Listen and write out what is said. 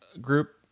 group